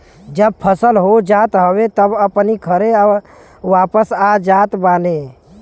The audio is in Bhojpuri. जब फसल हो जात हवे तब अपनी घरे वापस आ जात बाने